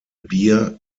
bier